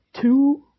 two